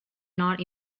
not